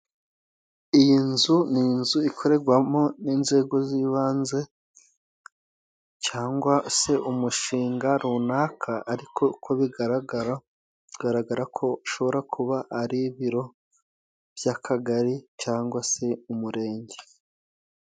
Iyi nzu ni inzu ikorerwamo n'inzego z'ibanze cyangwa se umushinga runaka, ariko uko bigaragara bigaragara ko ushobora kuba ari ibiro by' Akagari cangwa se Umurenge.